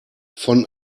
von